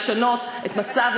לשנות את המצב,